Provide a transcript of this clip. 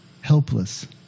helpless